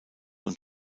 und